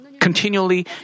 continually